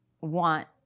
want